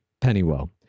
Pennywell